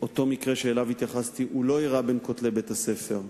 אותו מקרה שאליו התייחסתי לא אירע בין כותלי בית-הספר,